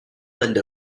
lên